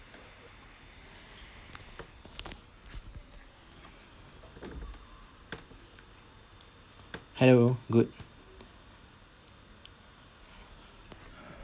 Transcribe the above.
hello good